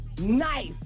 nice